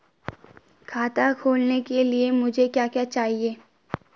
खाता खोलने के लिए मुझे क्या क्या चाहिए?